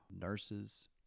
nurses